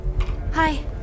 Hi